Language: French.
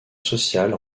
sociale